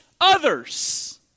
others